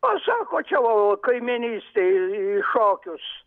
o sako čia o kaimynystėj į šokius